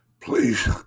Please